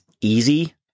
easy